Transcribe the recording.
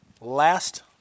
Last